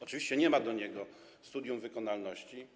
Oczywiście nie ma dla niego studium wykonalności.